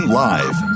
live